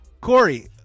Corey